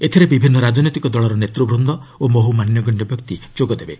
ଏଥିରେ ବିଭିନ୍ନ ରାଜନୈତିକ ଦଳର ନେତୃବୃନ୍ଦ ଓ ବହୁ ମାନ୍ୟଗଣ୍ୟ ବ୍ୟକ୍ତି ଯୋଗଦେବେ